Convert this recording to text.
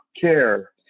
care